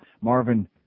Marvin –